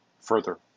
further